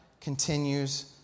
continues